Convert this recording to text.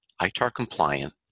ITAR-compliant